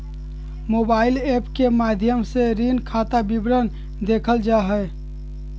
mobile app के माध्यम से ऋण खाता विवरण देखल जा हय